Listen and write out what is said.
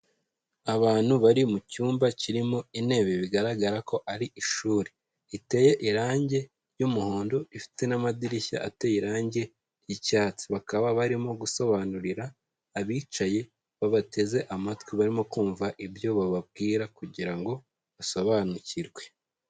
Abantu bari mu cyumba kirimo intebe, bigaragara ko ari ishuri, riteye irange ry'umuhondo rifite n'amadirishya ateye irange ry'icyatsi. Bakaba barimo gusobanurira abicaye babateze amatwi, barimo kumva ibyo bababwira kugira ngo basobanukirwe.